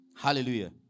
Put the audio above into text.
Hallelujah